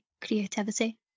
creativity